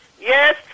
Yes